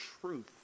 truth